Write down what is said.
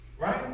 right